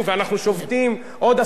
עוד תשעה ימים לסגירת הערוץ.